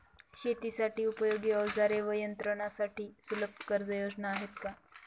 शेतीसाठी उपयोगी औजारे व यंत्रासाठी सुलभ कर्जयोजना आहेत का?